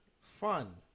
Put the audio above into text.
fun